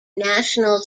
national